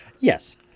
Yes